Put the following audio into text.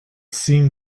seemed